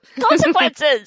Consequences